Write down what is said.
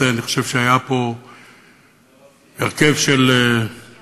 אני חושב שהיה פה הרכב של טיפשות,